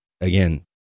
again